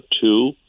two